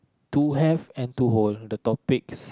to have and to hold the topics